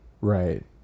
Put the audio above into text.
right